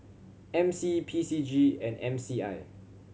M C P C G and M C I